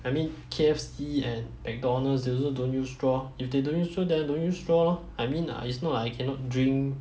I mean K_F_C and Mcdonald's they also don't use straw if they don't use straw then I don't use straw lor I mean ah it's not like I cannot drink